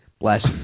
bless